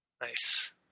Nice